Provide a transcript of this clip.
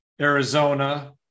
Arizona